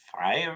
five